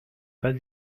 pas